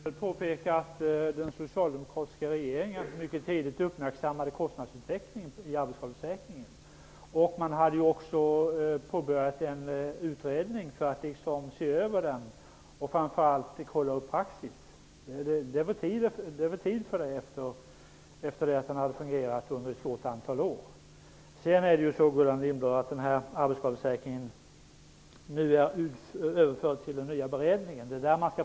Herr talman! Jag vill påpeka att den socialdemokratiska regeringen mycket tidigt uppmärksammade kostnadsutvecklingen i arbetsskadeförsäkringen. En utredning var också påbörjad för att se över kostnadsutvecklingen och framför allt praxis. Det var säkerligen tid för det, efter det att den fungerat under ett antal år. Det är ju också så, Gullan Lindblad, att frågan om arbetsskadeförsäkringen är överförd till den nya beredningen för prövning.